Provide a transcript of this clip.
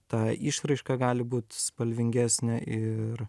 ta išraiška gali būt spalvingesnė ir